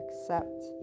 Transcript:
accept